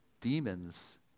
Demons